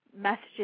messages